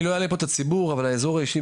אני לא אלאה פה את הציבור אבל האזור האישי,